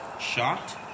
shocked